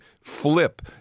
flip